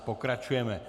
Pokračujeme.